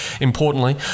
Importantly